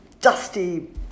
dusty